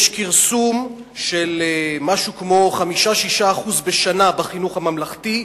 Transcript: יש כרסום של 5% 6% בשנה בחינוך הממלכתי,